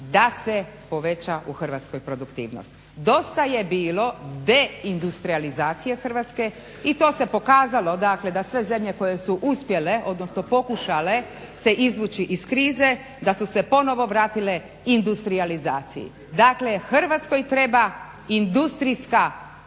da se poveća u Hrvatskoj produktivnost. Dosta je bilo deindustrijalizacije Hrvatske i to se pokazalo dakle da sve zemlje koje su uspjele, odnosno pokušale se izvući iz krize da su se ponovno vratile industrijalizaciji. Dakle, Hrvatskoj treba industrijska politika,